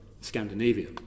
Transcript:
Scandinavia